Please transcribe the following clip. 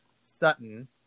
Sutton